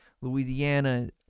Louisiana